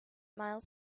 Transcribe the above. miles